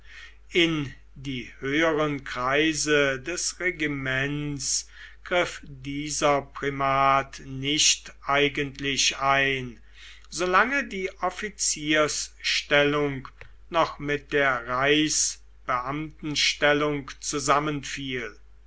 in die höheren kreise des regiments griff dieser primat nicht eigentlich ein solange die offizierstellung noch mit der reichsbeamtenstellung zusammenfiel